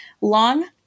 Long